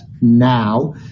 now